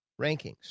rankings